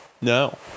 no